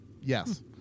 Yes